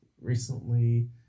recently